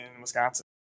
Wisconsin